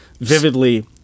vividly